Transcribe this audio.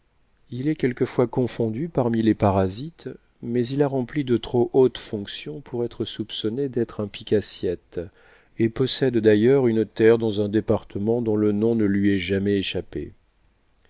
il est quelquefois confondu parmi les parasites mais il a rempli de trop hautes fonctions pour être soupçonné d'être un pique assiette et possède d'ailleurs une terre dans un département dont le nom ne lui est jamais échappé